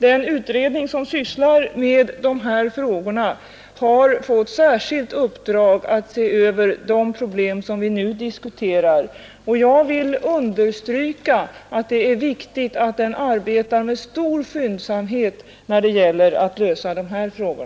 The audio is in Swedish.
Den utredning som sysslar med dessa spörsmål har fått särskilt uppdrag att se över de problem som vi nu diskuterar, och jag vill understryka att det är viktigt att den arbetar med stor skyndsamhet när det gäller att lösa dessa frågor.